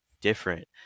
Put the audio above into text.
different